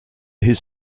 his